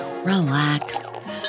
relax